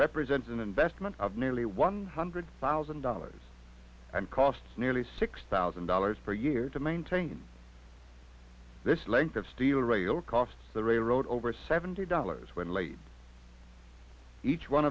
represents an investment of nearly one hundred thousand dollars and costs nearly six thousand dollars per year to maintain this length of steel rail cost the railroad over seventy dollars when late each one